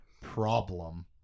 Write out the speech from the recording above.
problem